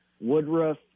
Woodruff